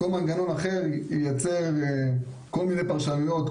כל מנגנון אחר ייצר כל מיני פרשנויות.